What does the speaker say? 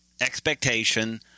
expectation